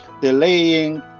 delaying